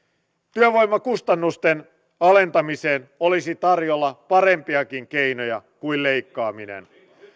työvoimakustannusten alentamiseen olisi tarjolla parempiakin keinoja kuin leikkaaminen